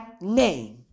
name